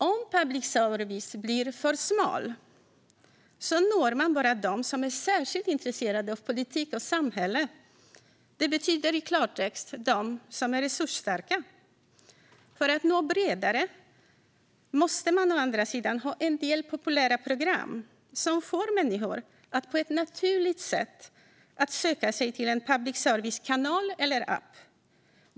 Om public service blir för smal når man bara dem som är särskilt intresserade av politik och samhälle - i klartext: dem som är resursstarka. För att nå bredare måste man ha en del populära program som får människor att på ett naturligt sätt söka sig till en public service-kanal eller app.